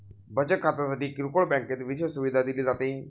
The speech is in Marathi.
बचत खात्यासाठी किरकोळ बँकेत विशेष सुविधा दिली जाते